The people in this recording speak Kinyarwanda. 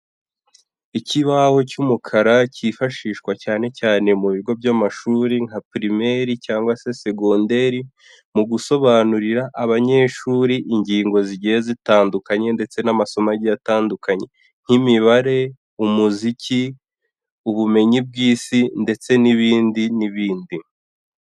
Ikibaho cy'umukara cyifashishwa cyane cyane mu bigo by'amashuri nka pirimeri cyangwa se segonderi mu gusobanurira abanyeshuri ingingo zigiye zitandukanye ndetse n'amasomo agiye atandukanye nk'imibare, umuziki, ubumenyi bw'isi ndetse n'ibindi n'ibindi.